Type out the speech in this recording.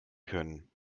können